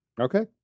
Okay